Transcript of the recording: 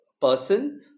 person